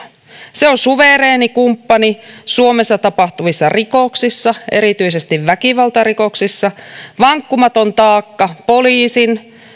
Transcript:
se on suvereeni kumppani suomessa tapahtuvissa rikoksissa erityisesti väkivaltarikoksissa vankkumaton taakka poliisin